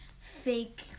fake